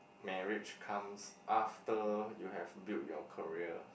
marriage comes after you have build your career